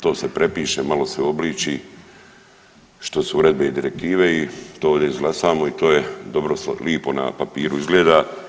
To se prepiše, malo se uobliči što su uredbe i direktive i to ovdje izglasamo i to je, lipo na papiru izgleda.